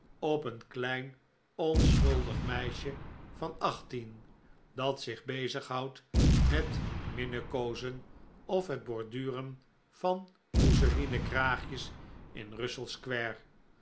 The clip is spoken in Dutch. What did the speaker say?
op een klein onschuldig meisje van achttien dat zich bezighoudt met minnekoozen of het borduren van mousselinen kraagjes in russell